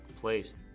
place